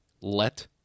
let